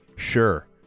Sure